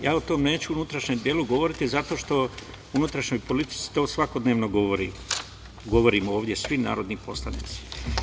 Ja o tome neću unutrašnjem delu govoriti, zato što u unutrašnjoj politici to svakodnevno govorim ovde svim narodnim poslanicima.